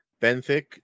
Benthic